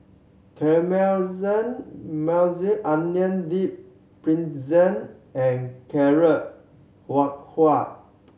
Onion Dip Pretzel and Carrot Halwa